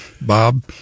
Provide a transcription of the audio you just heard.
bob